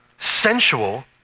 sensual